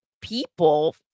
people